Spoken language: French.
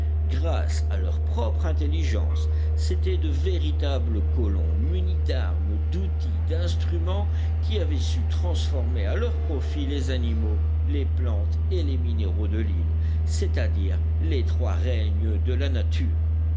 grâce à leur propre intelligence c'étaient de véritables colons munis d'armes d'outils d'instruments qui avaient su transformer à leur profit les animaux les plantes et les minéraux de l'île c'est-à-dire les trois règnes de la nature